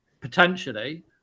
potentially